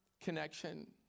connection